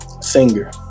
Singer